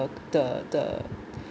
the the the